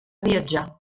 viatjar